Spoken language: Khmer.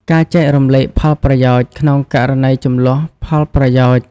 ការចែករំលែកផលប្រយោជន៍ ក្នុងករណីជម្លោះផលប្រយោជន៍។